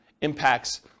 impacts